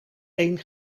één